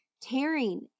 Tearing